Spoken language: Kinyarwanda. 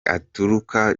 aturuka